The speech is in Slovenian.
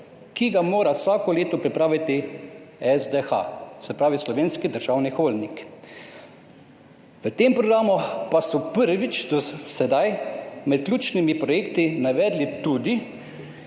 ki ga mora vsako leto pripraviti SDH, se pravi Slovenski državni holding. V tem programu pa so prvič do sedaj med ključnimi projekti navedli tudi,